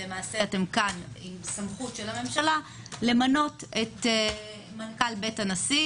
למעשה אתם כאן עם סמכות של הממשלה למנות את מנכ"ל בית הנשיא.